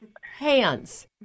Hands